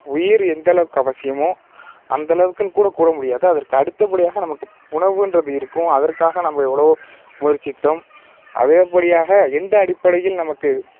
உயிர் எந்த அளவுக்கு அவசியமோ அந்தளவுக்குன்னு கூட கூற முடியாது அதற்கு அடுத்தப்படியாக நமக்கு உணவுன்றது இருக்கும் அதற்காக நம்ம எவ்வளவோ முயற்சித்தோம் அதே படியாக எந்த அடிப்படையில் நமக்கு